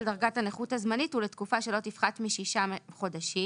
דרגת הנכות הזמנית הוא לתקופה שלא תפחת משישה חודשים,